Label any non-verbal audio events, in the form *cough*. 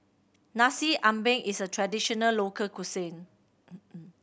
Nasi Ambeng is a traditional local cuisine *noise*